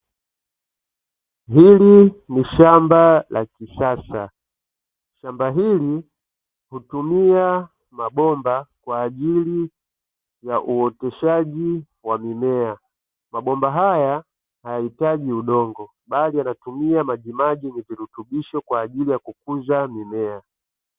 Hili ni shamba la kisasa, shamba hili hutumia mabomba kwa ajili ya uoteshaji wa mimea. Mabomba haya hayahitaji udongo bali yanatumia majimaji yenye virutubisho kwa ajili ya kukuza mimea.